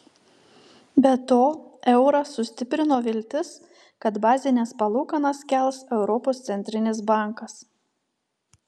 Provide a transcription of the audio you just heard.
be to eurą sustiprino viltis kad bazines palūkanas kels europos centrinis bankas